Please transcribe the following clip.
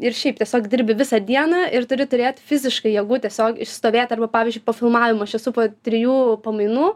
ir šiaip tiesiog dirbi visą dieną ir turi turėt fiziškai jėgų tiesiog išstovėti arba pavyzdžiui po filmavimo aš esu trijų pamainų